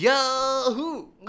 Yahoo